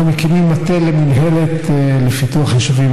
אנחנו מקימים מטה למינהלת לפיתוח היישובים